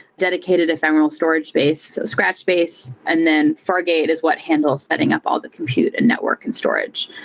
dedicated ephemeral storage base, so scratch base, and then fargate is what handles adding up all the compute and network and storage.